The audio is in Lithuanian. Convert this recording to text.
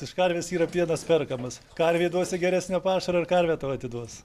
iš karvės yra pienas perkamas karvei duosi geresnio pašaro ir karvė tau atiduos